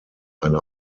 eine